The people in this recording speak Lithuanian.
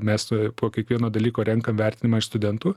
mes po kiekvieno dalyko renkam vertinimą iš studentų